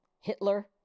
Hitler